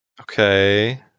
Okay